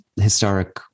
historic